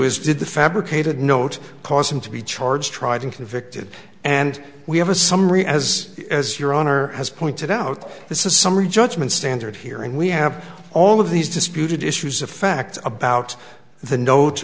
is did the fabricated note cause him to be charged tried and convicted and we have a summary as as your honor has pointed out this is summary judgment standard here and we have all of these disputed issues of fact about the note